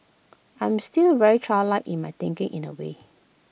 I'm still very childlike in my thinking in A way